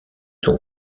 son